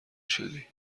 شدی